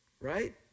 right